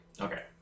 Okay